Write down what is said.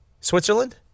Switzerland